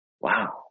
Wow